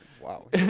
wow